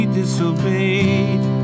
disobeyed